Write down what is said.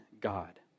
God